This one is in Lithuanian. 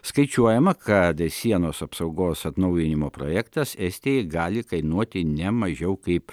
skaičiuojama kad sienos apsaugos atnaujinimo projektas estijai gali kainuoti ne mažiau kaip